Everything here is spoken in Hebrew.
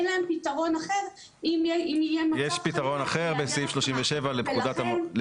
אין להן פתרון אחר אם יהיה מצב של העדר הסכמה.